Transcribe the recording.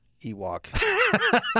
Ewok